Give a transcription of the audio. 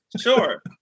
sure